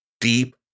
deep